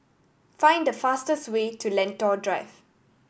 find the fastest way to Lentor Drive